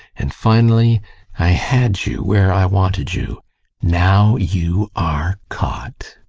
and finally i had you where i wanted you now you are caught!